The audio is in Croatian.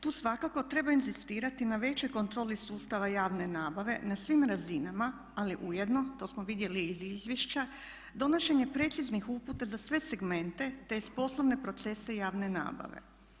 Tu svakako treba inzistirati na većoj kontroli sustava javne nabave na svim razinama ali ujedno, to smo vidjeli i iz izvješća, donošenje preciznih uputa za sve segmente te poslovne procese javne nabave.